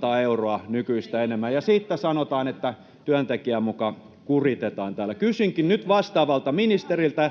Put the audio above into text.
toimienne ansiota!] ja siitä sanotaan, että työntekijää muka kuritetaan täällä. Kysynkin nyt vastaavalta ministeriltä: